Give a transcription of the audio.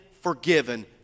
forgiven